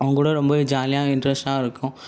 அவங்ககூட ரொம்ப ஜாலியாக இன்ட்ரெஸ்ட்டாக இருக்கும்